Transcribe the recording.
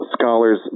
scholars